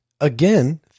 Again